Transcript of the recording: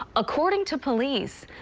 according to police,